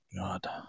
God